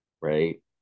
right